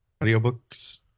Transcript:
audiobooks